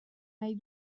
nahi